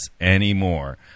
anymore